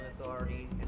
Authority